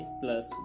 plus